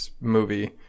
movie